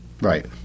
Right